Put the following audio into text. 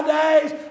days